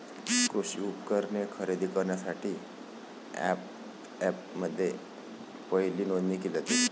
कृषी उपकरणे खरेदी करण्यासाठी अँपप्समध्ये पहिली नोंदणी केली जाते